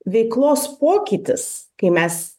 veiklos pokytis kai mes